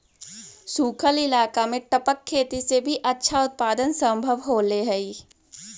सूखल इलाका में टपक खेती से भी अच्छा उत्पादन सम्भव होले हइ